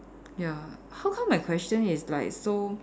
ya how come my question is like so